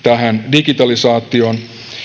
digitalisaatioon